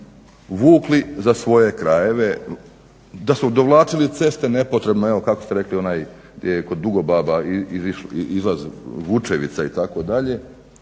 vukli za svoje krajeve, da su dovlačili ceste nepotrebno evo kako ste rekli gdje je kod Dugobaba izlazi Vučevica itd.,